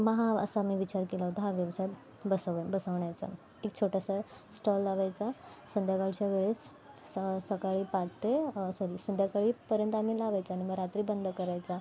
मग हा असा मी विचार केला होता हा व्यवसाय बसवेन बसवण्याचा एक छोटासा स्टाॅल लावायचा संध्याकाळच्या वेळेस स सकाळी पाच ते सॉरी संध्याकाळीपर्यंत आम्ही लावायचा आणि मग रात्री बंद करायचा